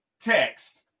text